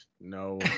no